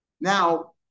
Now